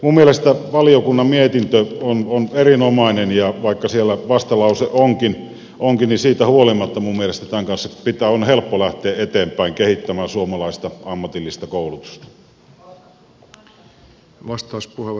minun mielestäni valiokunnan mietintö on erinomainen ja vaikka siellä vastalause onkin niin siitä huolimatta minun mielestäni tämän kanssa on helppo lähteä eteenpäin kehittämään suomalaista ammatillista koulutusta